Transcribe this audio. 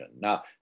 Now